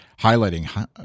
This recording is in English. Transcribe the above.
highlighting